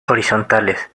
horizontales